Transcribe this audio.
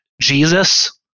Jesus